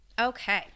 Okay